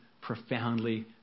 profoundly